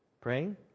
Praying